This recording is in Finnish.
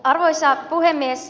arvoisa puhemies